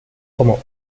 como